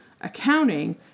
accounting